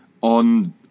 on